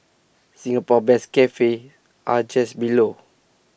Singapore best cafes are just below